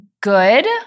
good